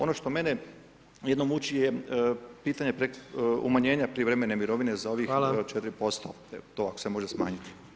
Ono što mene jedino muči je pitanje umanjenja prijevremene mirovine za ovih 4%, to ako se može smanjiti.